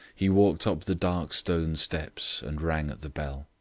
he walked up the dark stone steps and rang at the bell.